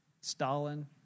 Stalin